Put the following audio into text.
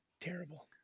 terrible